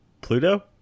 Pluto